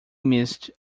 mist